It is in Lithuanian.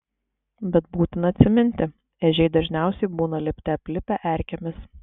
bet būtina atsiminti ežiai dažniausiai būna lipte aplipę erkėmis